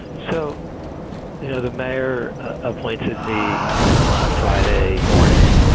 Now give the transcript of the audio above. so yeah the mayor appointed me on a friday morning.